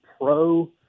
pro